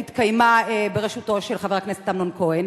שהתקיימה בראשותו של חבר הכנסת אמנון כהן.